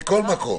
מכול מקום?